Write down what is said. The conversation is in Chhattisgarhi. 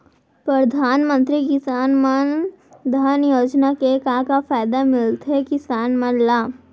परधानमंतरी किसान मन धन योजना के का का फायदा मिलथे किसान मन ला?